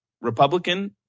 Republican